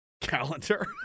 calendar